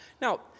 Now